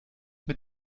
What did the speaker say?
mit